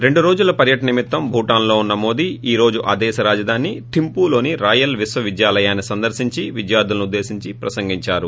రెండు రోజుల పర్యటన నిమిత్తం భూటాన్ లో ఉన్న మోదీ ఈ రోజు ఆ దేశ రాజధాని థింపూలోని రాయల్ విశ్వ విద్యాలయాన్ని సందర్పించి విద్యార్గులను ఉద్దేశించి ప్రసంగిందారు